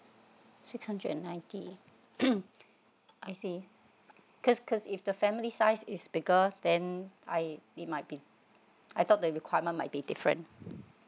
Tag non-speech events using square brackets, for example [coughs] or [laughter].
six hundred and ninety [coughs] I see cause cause if the family size is bigger then I it might be I thought the requirement might be different